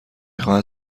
خواهد